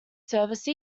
service